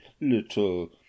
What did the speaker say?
little